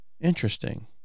interesting